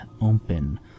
open